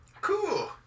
Cool